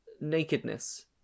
nakedness